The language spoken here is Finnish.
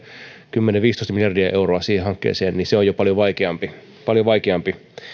kymmenen viiva viisitoista miljardia euroa siihen hankkeeseen on jo paljon vaikeampi